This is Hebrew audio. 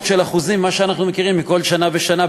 של אחוזים ממה שאנחנו מכירים בכל שנה ושנה.